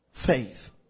faith